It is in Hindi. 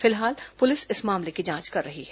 फिलहाल पुलिस इस मामले की जांच कर रही है